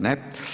Ne.